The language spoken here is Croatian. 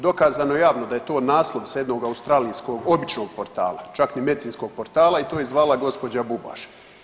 Dokazano javno da je to naslov s jednog australijskog običnog portala, čak ni medicinskog portala i to je zvala gospođa Bubaš.